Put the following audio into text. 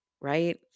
right